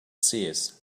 seers